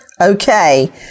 Okay